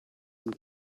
and